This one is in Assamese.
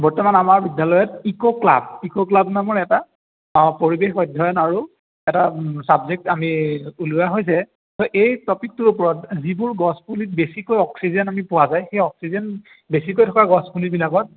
বৰ্তমান আমাৰ বিদ্যালয়ত ইক' ক্লাব ইক' ক্লাব নামৰ এটা পৰিৱেশ অধ্যয়ন আৰু এটা ছাবজেক্ট আমি ওলোৱা হৈছে ত' এই টপিকটোৰ ওপৰত যিবোৰ গছপুলিত বেছিকৈ অক্সিজেন আমি পোৱা যায় সেই অক্সিজেন বেছিকৈ থকা গছপুলিবিলাকত